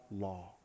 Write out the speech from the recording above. law